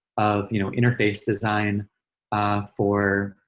of you know interface design for